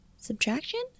Subtraction